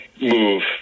move